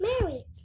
Mary